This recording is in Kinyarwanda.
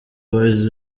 boys